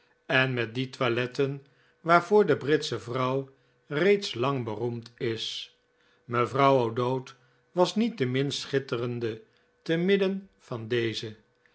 en met die toiletten waarvoor de britsche vrouw reeds lang beroemd is mevrouw o'dowd was niet de minst schitterende te midden van deze